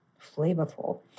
flavorful